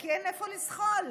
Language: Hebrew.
כי אין איפה לזחול.